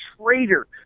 traitor